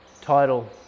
title